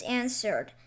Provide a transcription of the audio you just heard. answered